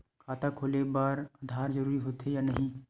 खाता खोले बार आधार जरूरी हो थे या नहीं?